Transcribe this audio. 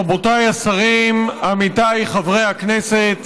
רבותיי השרים, עמיתיי חברי הכנסת,